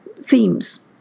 themes